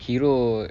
hero